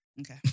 Okay